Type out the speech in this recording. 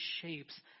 shapes